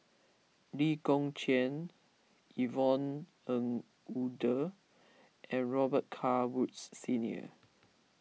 Lee Kong Chian Yvonne Ng Uhde and Robet Carr Woods Senior